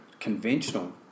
conventional